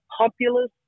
populous